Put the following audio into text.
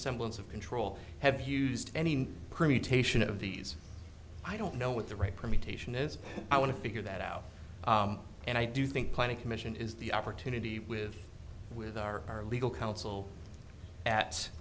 semblance of control have used any permutation of these i don't know what the right permutation is i want to figure that out and i do think planning commission is the opportunity with with our our legal counsel at